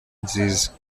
nziza